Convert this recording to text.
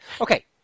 Okay